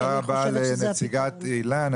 כי אני חושבת שזה --- תודה רבה לנציגת איל"ן.